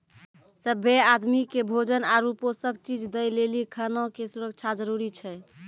सभ्भे आदमी के भोजन आरु पोषक चीज दय लेली खाना के सुरक्षा जरूरी छै